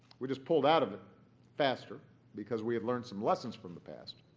we just pulled out of it faster because we have learned some lessons from the past